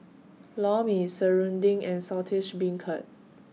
Lor mMe Serunding and Saltish Beancurd